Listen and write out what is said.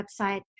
website